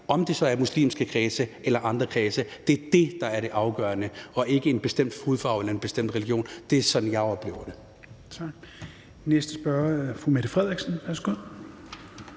om det så er i muslimske kredse eller andre kredse. Det er det, der er det afgørende, og ikke en bestemt hudfarve eller en bestemt religion. Det er sådan, jeg oplever det.